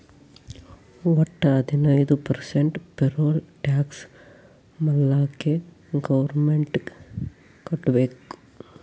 ವಟ್ಟ ಹದಿನೈದು percent payroll tax ಮಾಲ್ಲಾಕೆ ಗೌರ್ಮೆಂಟ್ಗ್ ಕಟ್ಬೇಕ್